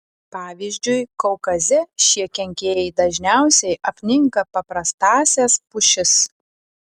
pavyzdžiui kaukaze šie kenkėjai dažniausiai apninka paprastąsias pušis